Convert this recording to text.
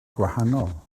gwahanol